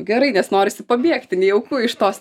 gerai nes norisi pabėgti nejauku iš tos